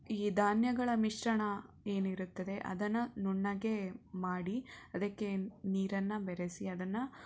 ಈ ಧಾನ್ಯಗಳ ಮಿಶ್ರಣ ಏನಿರುತ್ತದೆ ಅದನ್ನು ನುಣ್ಣಗೆ ಮಾಡಿ ಅದಕ್ಕೆ ನೀರನ್ನು ಬೆರಸಿ ಅದನ್ನು